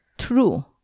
true